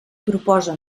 proposa